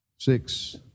Six